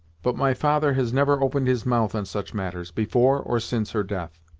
but my father has never opened his mouth on such matters, before or since her death.